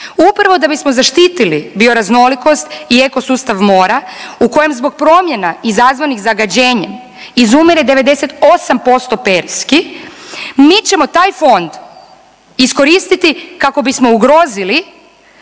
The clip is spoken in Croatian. upravo da bismo zaštitili bioraznolikost i eko sustav mora u kojem zbog promjena izazvanih zagađenjem izumire 98% periski, mi ćemo taj fond iskoristiti kako bismo ugrozili